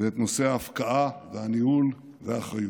ואת נושא ההפקעה והניהול והאחריות.